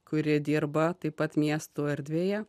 kuri dirba taip pat miestų erdvėje